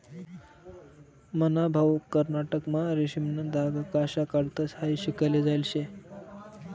मन्हा भाऊ कर्नाटकमा रेशीमना धागा कशा काढतंस हायी शिकाले जायेल शे